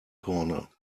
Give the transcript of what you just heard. corner